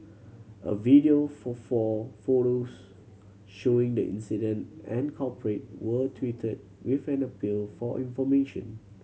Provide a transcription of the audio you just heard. a video for four photos showing the incident and culprit were tweeted with an appeal for information